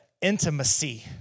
intimacy